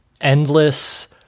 endless